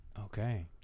okay